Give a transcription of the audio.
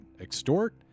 extort